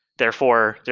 therefore,